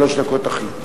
שלוש דקות, אחי.